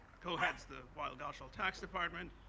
co-heads the weil, gotshal tax department